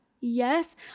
yes